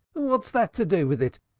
what's that to do with it?